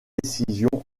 décisions